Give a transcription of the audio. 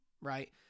Right